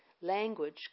language